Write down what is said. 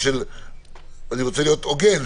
ואני רוצה להיות הוגן,